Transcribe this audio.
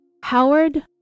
Howard